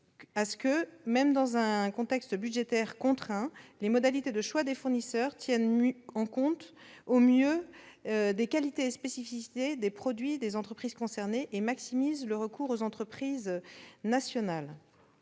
à ce que, même dans un contexte budgétaire contraint, les modalités de choix des fournisseurs tiennent compte au mieux des qualités et spécificités des produits des entreprises concernées et maximisent le recours aux entreprises nationales.